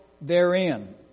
therein